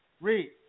Read